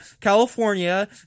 California